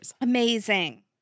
Amazing